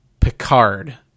Picard